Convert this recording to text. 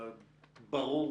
ברור